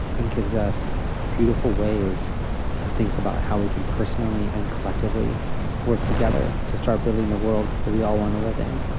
and gives us beautiful ways to think about how we can personally and collectively work together to start building the world that we all want to live in.